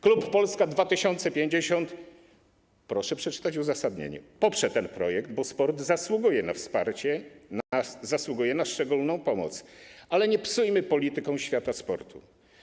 Klub Polska 2050 - proszę przeczytać uzasadnienie - poprze ten projekt, bo sport zasługuje na wsparcie, zasługuje na szczególną pomoc, ale nie psujmy polityką świata sportu.